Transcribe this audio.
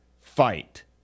fight